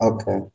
Okay